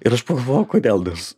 ir aš pagalvojau kodėl nes